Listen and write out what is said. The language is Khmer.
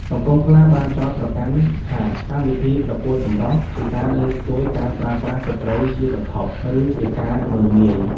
សង្គមខ្លះបានចោទប្រកាន់ថាកម្មវិធីប្រកួតសម្រស់ជាការលើកស្ទួយការប្រើប្រាស់ស្រ្តីជាវត្ថុ ឬជាការមើលងាយ។